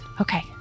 Okay